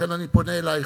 לכן אני פונה אלייך,